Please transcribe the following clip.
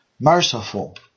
Merciful